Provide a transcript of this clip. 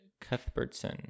Cuthbertson